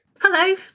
hello